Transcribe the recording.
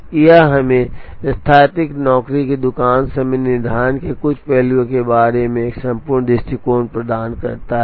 तो यह हमें स्थैतिक नौकरी की दुकान समय निर्धारण के कुछ पहलुओं के बारे में एक संपूर्ण दृष्टिकोण प्रदान करता है